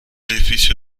edificio